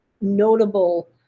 notable